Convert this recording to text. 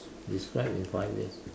describe in five words